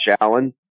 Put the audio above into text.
Allen